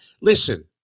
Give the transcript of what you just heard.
Listen